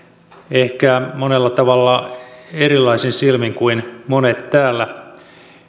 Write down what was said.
ehkä monella tavalla erilaisin silmin kuin monet täällä